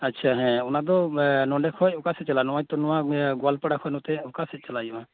ᱟᱪᱪᱟ ᱦᱮᱸ ᱱᱚᱶᱟ ᱫᱚ ᱱᱚᱜᱼᱚᱭ ᱛᱚ ᱱᱚᱶᱟ ᱜᱚᱣᱟᱞᱯᱟᱲᱟ ᱠᱷᱚᱱ ᱚᱠᱟ ᱥᱮᱫ ᱪᱟᱞᱟᱜ ᱦᱳᱭᱳᱜᱼᱟ